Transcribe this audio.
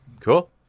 Cool